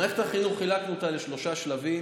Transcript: את מערכת החינוך חילקנו לשלושה שלבים,